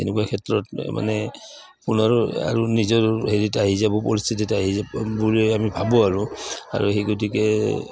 সেনেকুৱা ক্ষেত্ৰত মানে পুনৰ আৰু নিজৰ হেৰিত আহি যাব পৰিস্থিতিত আহি যাব বুলি আমি ভাবোঁ আৰু আৰু সেই গতিকে